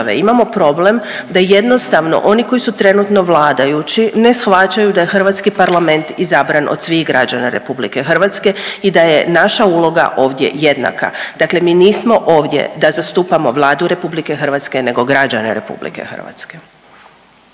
imamo problem da jednostavno oni koji su trenutno vladajući ne shvaćaju da je hrvatski parlament izabran od svih građana RH i da je naša uloga ovdje jednaka, dakle mi nismo ovdje da zastupamo Vladu RH nego građane RH.